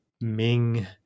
Ming